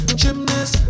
gymnast